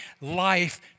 life